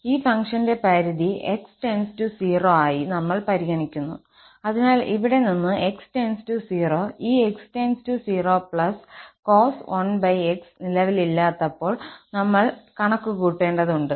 ഈ ഫംഗ്ഷന്റെ പരിധി x → 0 ആയി നമ്മൾ പരിഗണിക്കുന്നു അതിനാൽ ഇവിടെ നിന്ന് x → 0 ഈ x → 0 cos 1 x നിലവിലില്ലാത്തപ്പോൾ നമ്മൾ കണക്കുകൂട്ടേണ്ടതുണ്ട്